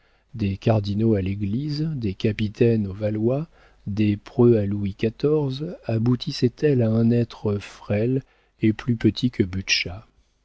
des cardinaux à l'église des capitaines aux valois des preux à louis xiv aboutissait elle à un être frêle et plus petit que